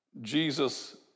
Jesus